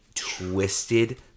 twisted